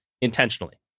intentionally